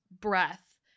breath